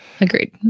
Agreed